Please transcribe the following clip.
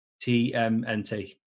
TMNT